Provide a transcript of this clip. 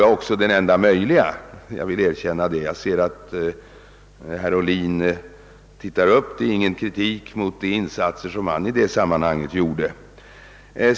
Jag märker att herr Ohlin ser frågande ut, och jag vill därför säga att detta inte är någon kritik mot de insatser som han gjorde i det sammanhanget.